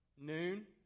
Noon